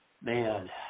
Man